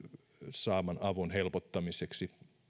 saaman avun helpottamiseksi